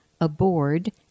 aboard